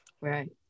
Right